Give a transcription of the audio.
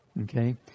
Okay